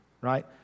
Right